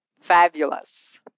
Fabulous